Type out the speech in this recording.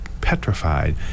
petrified